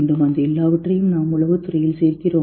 அந்த எல்லாவற்றையும் நாம் உளவுத்துறையில் சேர்க்கிறோமா